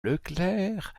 leclercq